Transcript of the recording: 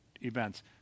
events